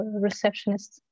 receptionist